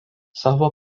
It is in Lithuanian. savo